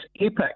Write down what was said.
epic